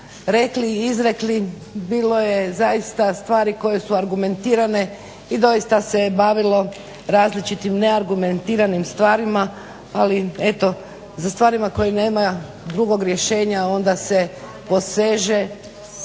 rekli i izrekli. Bilo je stvari koje su zaista argumentirane i doista se bavilo različitim neargumentiranim stvarima, ali eto za stvarima koje nema drugog rješenja onda se poseže